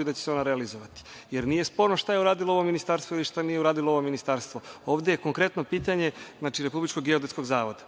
i da će se ona realizovati. Nije sporno šta je uradilo ovo ministarstvo ili šta nije uradilo ovo ministarstvo. Ovde je konkretno pitanje Republičkog geodetskog zavoda,